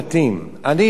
כבר כמה שנים,